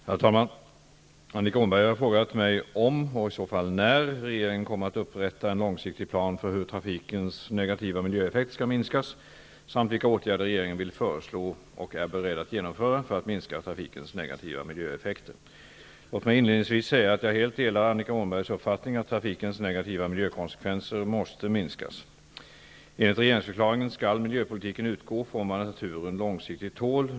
Herr talman! Annika Åhnberg har frågat mig om, och i så fall när, regeringen kommer att upprätta en långsiktig plan för hur trafikens negativa miljöeffekter skall minskas samt vilka åtgärder regeringen vill föreslå och är beredd att genomföra för att minska trafikens negativa miljöeffekter. Låt mig inledningsvis säga, att jag helt delar Annika Åhnbergs uppfattning att trafikens negativa miljökonsekvenser måste minskas. Enligt regeringsförklaringen skall miljöpolitiken utgå från vad naturen långsiktigt tål.